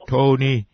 Tony